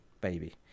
baby